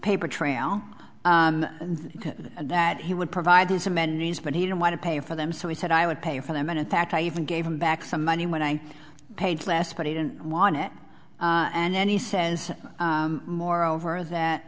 paper trail that he would provide these amendments but he didn't want to pay for them so he said i would pay for them and in fact i even gave him back some money when i paid less but he didn't want it and then he says moreover that